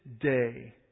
day